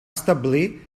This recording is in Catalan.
establir